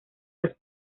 las